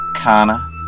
Kana